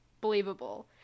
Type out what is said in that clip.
believable